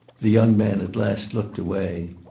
the young man at last looked away.